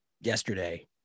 yesterday